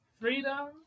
freedom